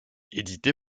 édité